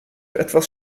etwas